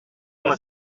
les